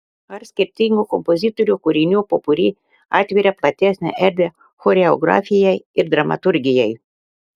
ar skirtingų kompozitorių kūrinių popuri atveria platesnę erdvę choreografijai ir dramaturgijai